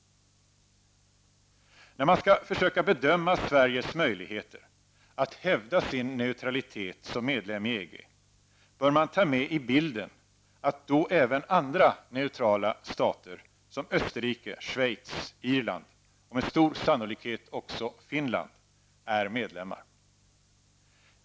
När man skall försöka bedöma Sveriges möjligheter att hävda sin neutralitet som medlem i EG bör man ta med i bilden att då även andra neutrala stater som Österrike, Schweiz, Irland -- och med stor sannolikhet också Finland -- är medlemmar.